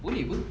boleh kot